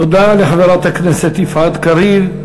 תודה לחברת הכנסת יפעת קריב.